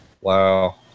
wow